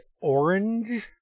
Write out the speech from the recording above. orange